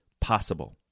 possible